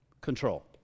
control